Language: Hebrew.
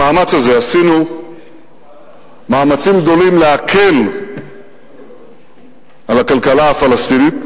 המאמץ הזה עשינו מאמצים גדולים להקל על הכלכלה הפלסטינית,